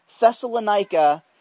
Thessalonica